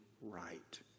Right